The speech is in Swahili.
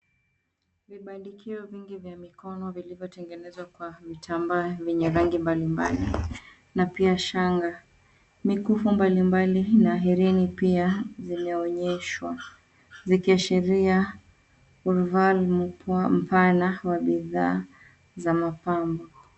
Vibandikio vingi vya mikono vilivyotengenezwa kwa vitambaa vyenye rangi mbalimbali, na pia shanga, mikufu mbalimbali na hereni zimeonyeshwa zikiashiria urval mpana wa bidhaa za mapambo.